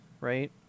right